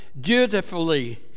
dutifully